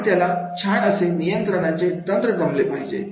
आणि त्याला छान असे नियंत्रणाचे तंत्र जमले पाहिजे